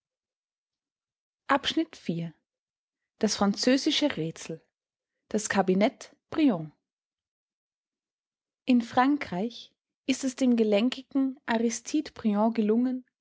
volks-zeitung januar das französische rätsel das kabinett briand in frankreich ist es dem gelenkigen aristide briand gelungen